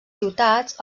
ciutats